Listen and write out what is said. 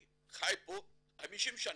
אני פה 50 שנה,